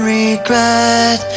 regret